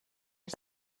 els